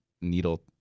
needle